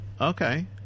okay